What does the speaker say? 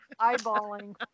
eyeballing